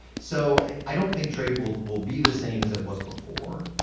so i don't think trade will will be the same as it was before.